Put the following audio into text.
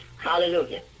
Hallelujah